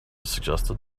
suggested